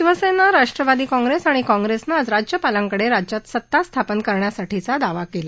Shiv Sena Rashtravadi Congress आणि काँग्रेसनं आज राज्यपालांकडे राज्यात सता स्थापन करण्यासाठीचा दावा केला